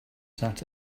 sat